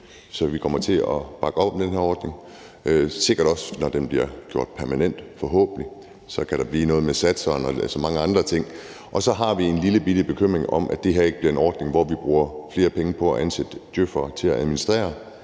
Så vi kommer til at bakke op om den her ordning, sikkert også, når den bliver gjort permanent, forhåbentlig – så kan der blive noget med satserne og mange andre ting. Og så har vi en lillebitte bekymring: Det her skal ikke blive en ordning, hvor vi bruger flere penge på at ansætte djøf'ere til at administrere,